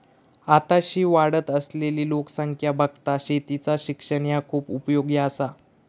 आताशी वाढत असलली लोकसंख्या बघता शेतीचा शिक्षण ह्या खूप उपयोगी आसा